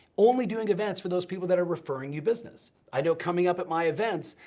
only doing events for those people that are referring you business. i know coming up at my events,